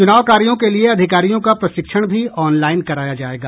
चुनाव कार्यों के लिए अधिकारियों का प्रशिक्षण भी ऑनलाइन कराया जायेगा